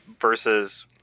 versus